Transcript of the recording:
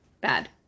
bad